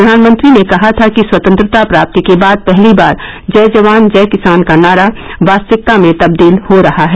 प्रधानमंत्री ने कहा था कि स्वतंत्रता प्राप्ति के बाद पहली बार जय जवान जय किसान का नारा वास्तविकता में तब्दील हो रहा है